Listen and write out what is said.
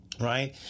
right